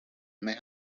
may